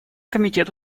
комитет